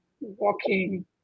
walking